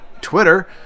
Twitter